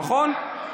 נכון?